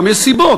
גם יש סיבות,